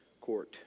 court